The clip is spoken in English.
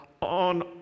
on